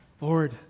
Lord